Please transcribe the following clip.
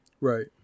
Right